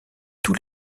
tous